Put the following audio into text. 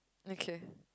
okay